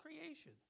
creation